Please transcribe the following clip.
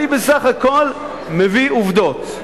אני בסך הכול מביא עובדות.